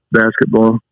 basketball